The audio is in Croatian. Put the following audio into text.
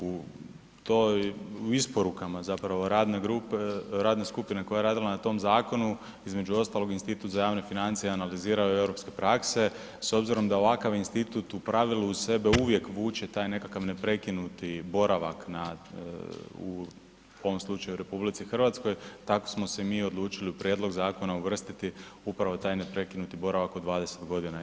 U isporukama radne skupine koja je radila na tom zakonu između ostalog institut za javne financije analizirao je europske prakse, s obzirom da ovakav institut u pravilu uz sebe uvijek vuče taj nekakav neprekinuti boravak u ovom slučaju u RH, tako smo se i mi odlučili u prijedlog zakona uvrstiti upravo taj neprekinuti boravak od 20 godina.